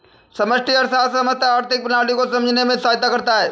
समष्टि अर्थशास्त्र समस्त आर्थिक प्रणाली को समझने में सहायता करता है